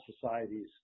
societies